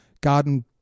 Garden